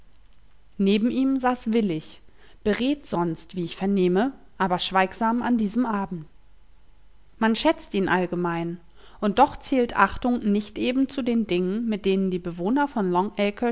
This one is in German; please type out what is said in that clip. neben ihm saß willich beredt sonst wie ich vernehme aber schweigsam an diesem abend man schätzt ihn allgemein und doch zählt achtung nicht eben zu den dingen mit denen die bewohner von